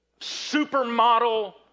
supermodel